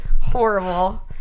Horrible